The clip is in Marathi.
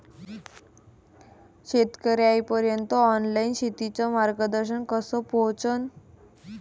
शेतकर्याइपर्यंत ऑनलाईन शेतीचं मार्गदर्शन कस पोहोचन?